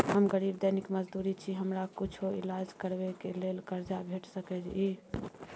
हम गरीब दैनिक मजदूर छी, हमरा कुछो ईलाज करबै के लेल कर्जा भेट सकै इ?